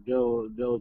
dėl dėl